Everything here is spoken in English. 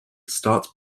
start